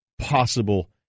possible